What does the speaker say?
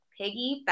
piggyback